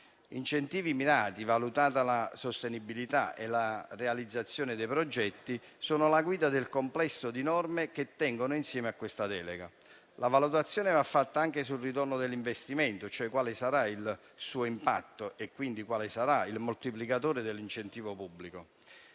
Incentivi mirati, valutata la sostenibilità e la realizzazione dei progetti, sono la guida del complesso di norme che tiene insieme questa delega. La valutazione va fatta anche sul ritorno dell'investimento, cioè su quale sarà il suo impatto e quindi quale sarà il moltiplicatore dell'incentivo pubblico.